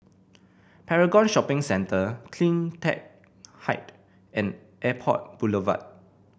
Paragon Shopping Centre CleanTech Height and Airport Boulevard